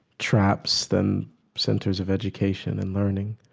traps than centers of education and learning.